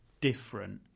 different